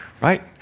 Right